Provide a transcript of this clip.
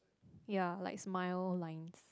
ya like smile lines